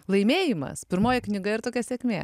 laimėjimas pirmoji knyga ir tokia sėkmė